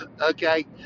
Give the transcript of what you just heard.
Okay